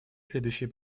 следующие